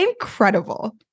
Incredible